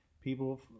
people